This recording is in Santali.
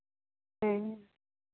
ᱦᱮᱸ